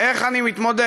איך אני מתמודד?